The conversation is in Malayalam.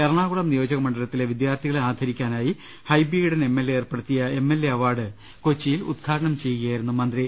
എറണാ കുളം നിയോജക മണ്ഡലത്തിലെ വിദ്യാർത്ഥികളെ ആദരിക്കാനായി ട Hibi Eden M L A ഏർപ്പെടുത്തിയ എം എൽ എ അവാർഡ് കൊച്ചിയിൽ ഉദ്ഘാടനം ചെയ്യുകയായിരുന്നു അദ്ദേഹം